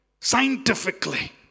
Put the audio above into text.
Scientifically